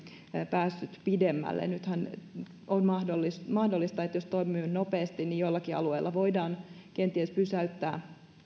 päässyt pidemmälle nythän on mahdollista mahdollista että jos toimimme nopeasti niin joillakin alueilla voidaan kenties pysäyttää